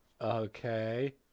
Okay